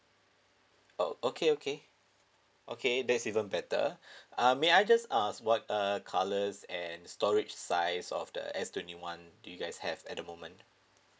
oh okay okay okay that's even better uh may I just ask what uh colours and storage size of the S twenty one do you guys have at the moment